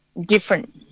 different